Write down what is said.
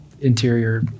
interior